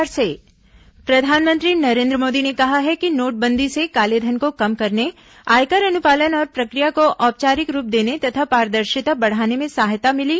प्रधानमंत्री नोटबंदी प्रधानमंत्री नरेंद्र मोदी ने कहा है कि नोटबंदी से कालेधन को कम करने आयकर अनुपालन और प्रक्रिया को औपचारिक रूप देने तथा पारदर्शिता बढ़ाने में सहायता मिली